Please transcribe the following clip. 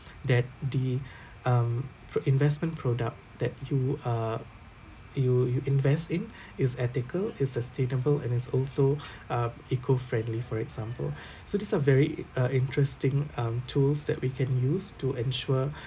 that the um pro~ investment product that you are you you invest in is ethical is sustainable and is also uh eco-friendly for example so these are very uh interesting um tools that we can use to ensure